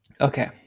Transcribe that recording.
Okay